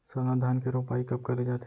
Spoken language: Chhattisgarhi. सरना धान के रोपाई कब करे जाथे?